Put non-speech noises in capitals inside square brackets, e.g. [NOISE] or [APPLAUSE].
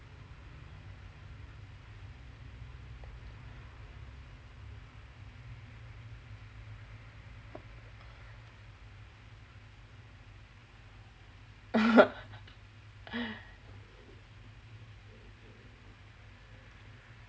[LAUGHS]